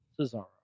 Cesaro